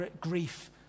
grief